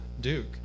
Duke